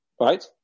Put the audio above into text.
Right